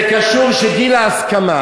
זה קשור שגיל ההסכמה,